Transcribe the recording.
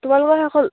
তোমালোকৰ শেষ হ'ল